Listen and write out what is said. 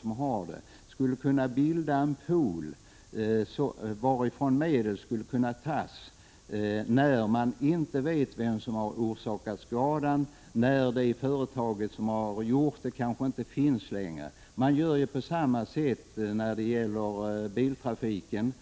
som har dessa försäkringar bildar en pool, varifrån medel kan tas när maninte vet vem som har orsakat skadan eller när företaget som har gjort det kanske inte finns längre. Man gör ju på samma sätt när det gäller biltrafiken.